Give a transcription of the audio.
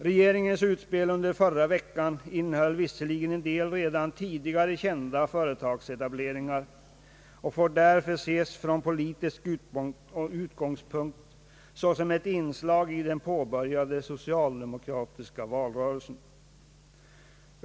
Regeringens utspel under förra veckan innehöll visserligen en del redan tidigare kända företagsetableringar och får därför ses från politisk utgångspunkt såsom ett inslag i den påbörjade socialdemokratiska valrörelsen.